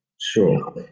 Sure